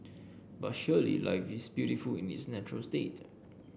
but surely life is beautiful in its natural state